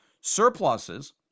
surpluses